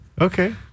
Okay